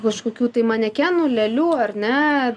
kažkokių tai manekenų lėlių ar ne